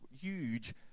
huge